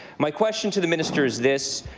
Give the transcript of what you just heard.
my question to the minister is this.